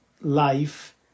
life